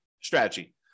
strategy